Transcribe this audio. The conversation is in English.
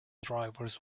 drivers